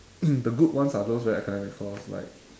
the good ones are those very academic course like